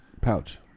pouch